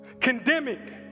condemning